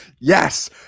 Yes